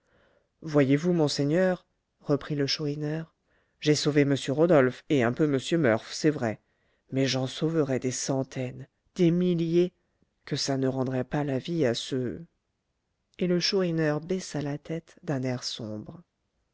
voyez-vous monseigneur reprit le chourineur j'ai sauvé m rodolphe et un peu m murph c'est vrai mais j'en sauverais des centaines des milliers que ça ne rendrait pas la vie à ceux et le chourineur baissa la tête d'un air sombre